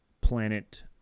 planet